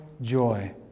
joy